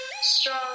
strong